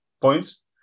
points